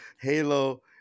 Halo